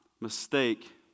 mistake